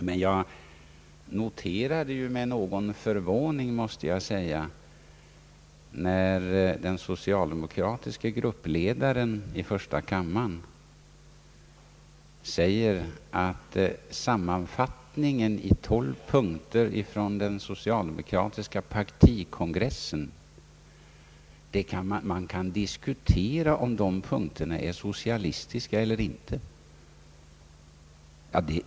Emellertid noterade jag med förvåning, måste jag säga, att den socialdemokratiske gruppledaren i första kammaren sade att man kan diskutera om sammanfattningen i tolv punkter från den socialdemokratiska partikongressen är socialistisk eller inte.